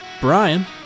brian